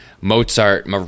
Mozart